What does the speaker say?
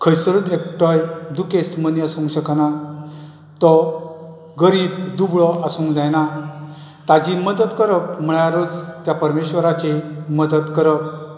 खंयसरूच एकटोय दुखेस्त मनीस आसूंक शकनात तो गरीब दुबळो आसूंक जायना ताजी मदत करप म्हळ्यारच त्या परमेश्वराची मदत करप